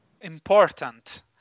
important